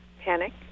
Panic